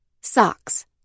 Socks